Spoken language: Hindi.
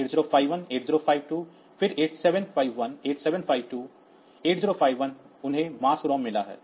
8051 8052 फिर 8751 8752 8051 उन्हें मास्क रोम मिला है